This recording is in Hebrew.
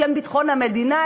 בשם ביטחון המדינה,